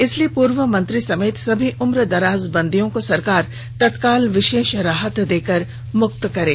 इसलिए पूर्व मंत्री समेत सभी उम्रदराज बंदियों को सरकार तत्काल विशेष राहत देकर मुक्त करे